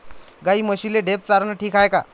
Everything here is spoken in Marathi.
गाई म्हशीले ढेप चारनं ठीक हाये का?